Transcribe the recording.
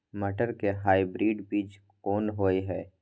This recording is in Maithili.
मटर के हाइब्रिड बीज कोन होय है?